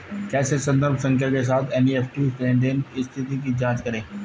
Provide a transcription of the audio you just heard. कैसे संदर्भ संख्या के साथ एन.ई.एफ.टी लेनदेन स्थिति की जांच करें?